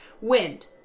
wind